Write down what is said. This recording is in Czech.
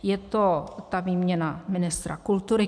Je to ta výměna ministra kultury.